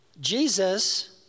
Jesus